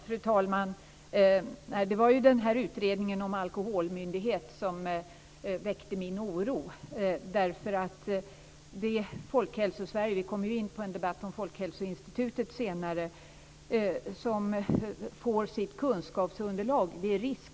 Fru talman! Det var utredningen om en alkoholmyndighet som väckte min oro. Vi kommer senare in på en debatt om Folkhälsoinstitutet och dess kunskapsunderlag.